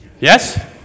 Yes